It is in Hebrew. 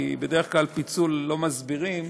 כי בדרך כלל פיצול לא מסבירים,